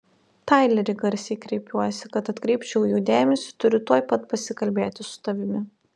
taileri garsiai kreipiuosi kad atkreipčiau jo dėmesį turiu tuoj pat pasikalbėti su tavimi